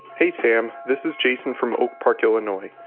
hey, sam. this is jason from oak park, ill, and